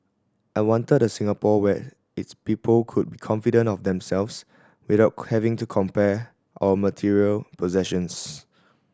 I wanted a Singapore where its people could be confident of themselves without having to compare our material possessions